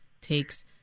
takes